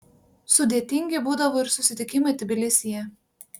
sudėtingi būdavo ir susitikimai tbilisyje